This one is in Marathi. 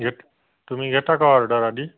घेत तुम्ही घेता का ऑर्डर आधी